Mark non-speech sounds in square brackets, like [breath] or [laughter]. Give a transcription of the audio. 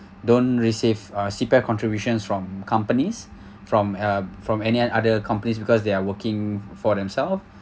don't receive uh C_P_F contributions from companies [breath] from uh from any other companies because they are working for themselves